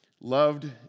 loved